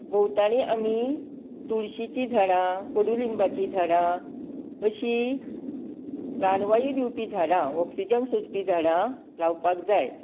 भोंवतणी आमी तुळशीचीं झाडां कोडू लिंबाचीं झाडां अशी प्राणवायू दिवपी झाडां ऑक्सीजन सोडपी झाडां लावपाक जाय